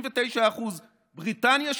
69%; בריטניה,